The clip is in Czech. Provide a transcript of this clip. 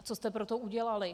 Co jste pro to udělali?